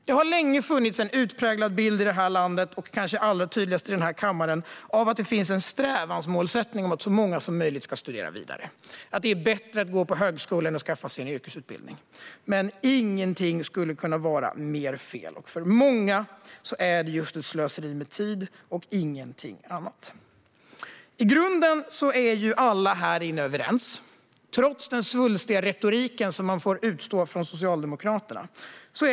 Det har länge funnits en utpräglad bild i detta land och kanske allra tydligast i denna kammare av att det finns en strävansmålsättning om att så många som möjligt ska studera vidare och att det är bättre att gå på högskola än att skaffa sig en yrkesutbildning. Men ingenting skulle kunna vara mer fel. För många är detta just ett slöseri med tid och ingenting annat. I grunden är alla här inne överens, trots den svulstiga retorik som man får utstå från Socialdemokraterna.